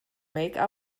make